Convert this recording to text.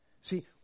See